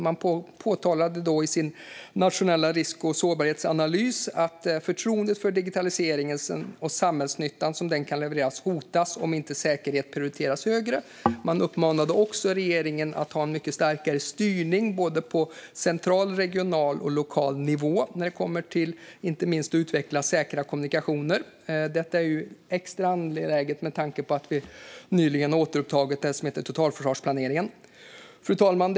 Man påtalade i sin nationella risk och sårbarhetsanalys att "förtroendet för digitaliseringen, och samhällsnyttan av den, hotas om inte säkerheten prioriteras högt". Man uppmanade också regeringen att ha en mycket starkare styrning på både central, regional och lokal nivå, inte minst när det kommer till att utveckla säkra kommunikationer. Detta är extra angeläget med tanke på att vi nyligen återupptagit det som heter totalförsvarsplaneringen. Fru talman!